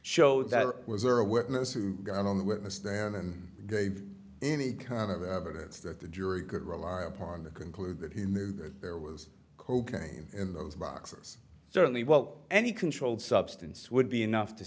showed that was there a witness who got on the witness stand and gave any kind of evidence that the jury could rely upon the conclude that he knew that there was cocaine in those boxes certainly well any controlled substance would be enough to